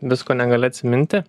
visko negali atsiminti